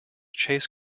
chase